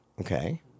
Okay